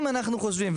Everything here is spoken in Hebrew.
אם אנחנו חושבים,